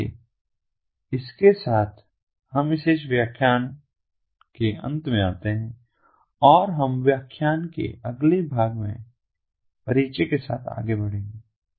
इसलिए इसके साथ हम इस विशेष व्याख्यान के अंत में आते हैं और हम व्याख्यान के अगले भाग में परिचय के साथ आगे बढ़ेंगे हैं